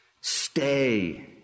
Stay